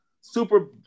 Super